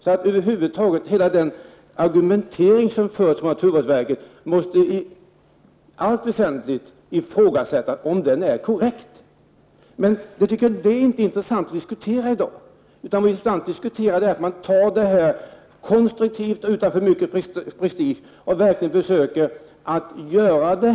Man måste i allt väsentligt ifrågasätta om naturvårdsverkets argumentering är korrekt. Men det är inte detta som är intressant att diskutera i dag, utan det intressanta är att försöka lösa dessa frågor konstruktivt och göra det utan alltför mycket prestige.